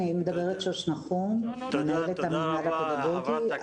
אני מנהלת המנהל הפדגוגי.